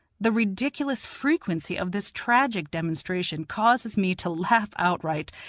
the ridiculous frequency of this tragic demonstration causes me to laugh outright,